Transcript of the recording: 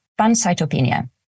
pancytopenia